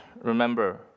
remember